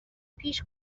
پیش